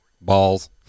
Balls